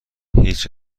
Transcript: هیچ